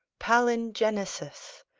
palingenesis,